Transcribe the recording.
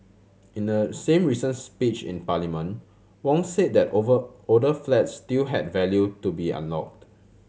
in the same recent speech in Parliament Wong said that over older flats still had value to be unlocked